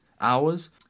hours